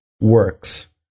works